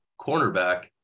cornerback